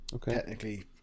technically